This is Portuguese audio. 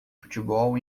futebol